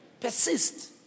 Persist